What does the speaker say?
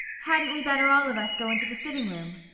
hadn't we better all of us go into the sitting-room?